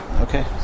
Okay